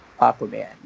Aquaman